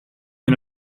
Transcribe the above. and